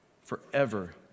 forever